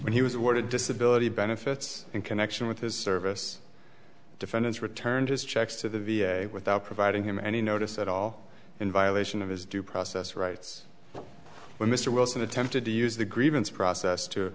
when he was awarded disability benefits in connection with his service defendants returned his checks to the v a without providing him any notice at all in violation of his due process rights when mr wilson attempted to use the grievance process to